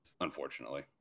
unfortunately